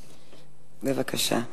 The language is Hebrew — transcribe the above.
בבקשה.